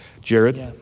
Jared